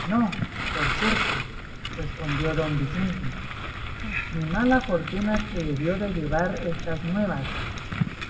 no por cierto respondió don vicente mi mala fortuna te debió de llevar estas nuevas